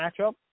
matchup